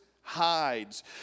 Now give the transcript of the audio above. hides